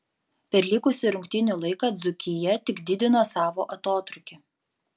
per likusį rungtynių laiką dzūkija tik didino savo atotrūkį